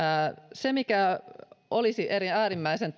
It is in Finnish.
se mikä olisi äärimmäisen